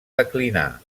declinar